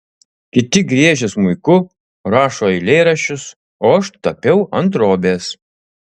kiti griežia smuiku rašo eilėraščius o aš tapiau ant drobės